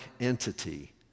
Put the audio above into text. entity